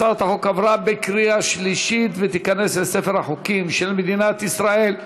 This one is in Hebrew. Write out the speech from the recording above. הצעת החוק עברה בקריאה שלישית ותיכנס לספר החוקים של מדינת ישראל.